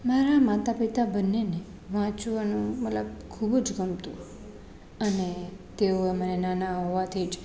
મારા માતાપિતા બંનેને વાંચવાનું મતલબ ખૂબ જ ગમતું અને તેઓ અમે નાના હોવાથી જ